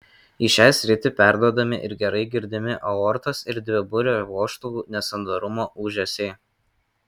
į šią sritį perduodami ir gerai girdimi aortos ir dviburio vožtuvų nesandarumo ūžesiai